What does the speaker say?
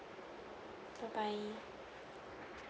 bye bye